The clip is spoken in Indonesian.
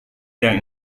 yang